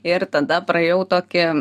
ir tada praėjau tokį